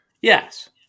Yes